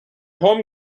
home